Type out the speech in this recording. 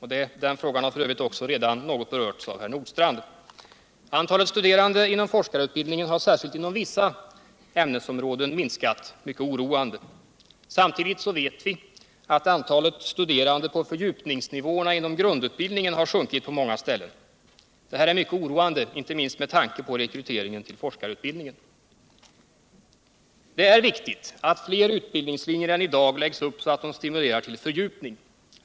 Frågan har redan något berörts av Ove Nordstrandh. Antalet studerande inom forskarutbildningen har särskilt inom vissa ämnesområden minskat på ett mycket oroande sätt. Samtidigt vet vi att antalet studerande på fördjupningsnivåerna inom grundutbildningen har sjunkit på många ställen, Detta är mycket oroande, inte minst med tanke på rekryteringen till forskarutbildningen. Det är viktigt att flera utbildningslinjer än i dag läggs upp så att de stimulerar till fördjupning.